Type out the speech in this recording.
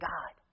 God